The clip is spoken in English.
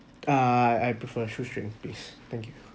uh I prefer shoestring please thank you